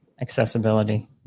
Accessibility